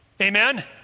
Amen